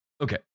okay